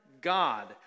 God